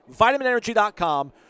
VitaminEnergy.com